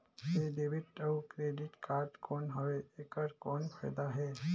ये डेबिट अउ credit card कौन हवे एकर कौन फाइदा हे?